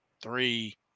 three